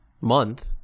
month